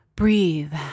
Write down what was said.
Breathe